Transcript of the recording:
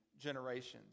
generations